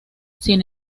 sin